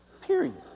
Period